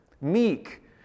meek